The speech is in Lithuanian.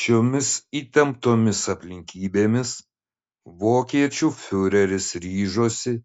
šiomis įtemptomis aplinkybėmis vokiečių fiureris ryžosi